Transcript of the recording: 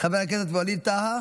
חבר הכנסת ווליד טאהא,